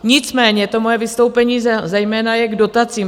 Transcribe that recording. Nicméně to moje vystoupení zejména je k dotacím.